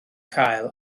cael